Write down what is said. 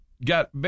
Got